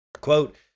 Quote